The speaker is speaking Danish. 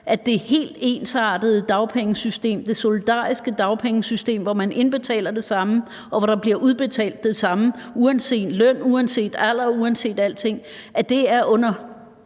at det helt ensartede dagpengesystem, det solidariske dagpengesystem, hvor man indbetaler det samme, og hvor der bliver udbetalt det samme, uanset løn, uanset alder, uanset alting, er under